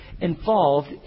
involved